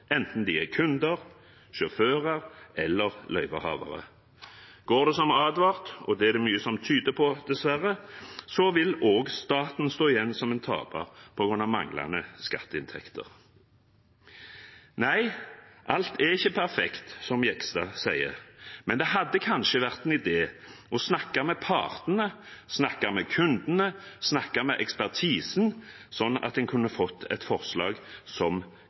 enten de er kunder, sjåfører eller løyvehavere. Går det som advart, og det er det mye som tyder på, dessverre, vil også staten stå igjen som en taper, på grunn av manglende skatteinntekter. Nei, alt er ikke perfekt, som Jegstad sier. Men det hadde kanskje vært en idé å snakke med partene, snakke med kundene, snakke med ekspertisen, slik at en kunne fått et forslag som